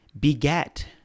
beget